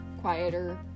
quieter